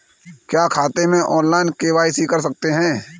क्या खाते में ऑनलाइन के.वाई.सी कर सकते हैं?